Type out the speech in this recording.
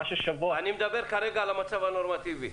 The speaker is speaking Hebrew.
מה --- אני מדבר כרגע על המצב הנורמטיבי.